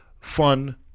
Fun